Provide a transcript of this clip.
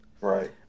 Right